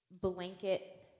blanket